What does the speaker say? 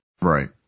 Right